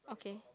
okay